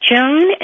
Joan